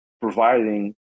providing